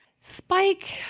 Spike